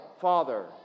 Father